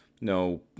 no